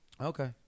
Okay